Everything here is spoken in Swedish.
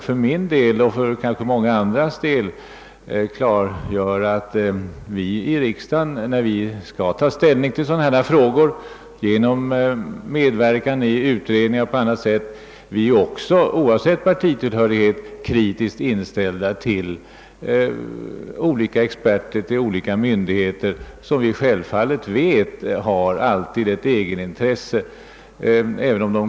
För min del — och kanske också för många andras del — vill jag bara klargöra att vi i riksdagen vid ställningstagandet till omtvistade frågor, genom medverkan i utredningar och på annat sätt, oavsett partitillhörighet är kritiskt inställda till olika experter och representanter för olika myndigheter, vilka vi vet självfallet alltid har ett eget intresse att hävda.